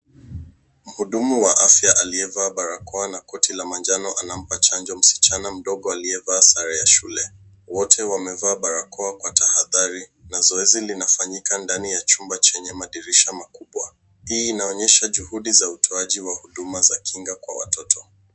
Mhudumu wa afya aliyevaa barakoa na koti la manjano anampa chanjo msichana mdogo aliyevaa sare ya shule. Wote wamevaa barakoa kwa tahadhari na zoezi linafanyika ndani ya chumba chenye madirisha makubwa. Hii inaonyesha juhudi za utoaji wa huduma za kinga kwa watoto.